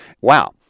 Wow